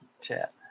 chat